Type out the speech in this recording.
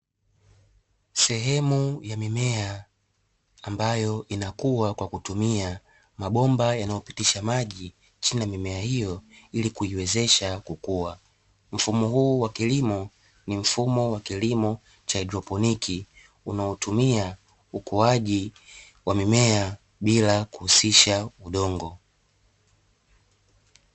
Sehemu ya mimea ambayo inakua kwa kutumia mabomba yanaopitisha maji, chini ya mimea hiyo ili kuiwezesha kukua. Mfumo huu wa kilimo ni mfumo wa kilimo cha haidroponi, unaotumia ukuaji wa mimea bila kuhusisha udongo.